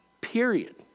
Period